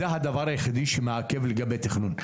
זה הדבר היחידי שמעכב לגבי תכנון.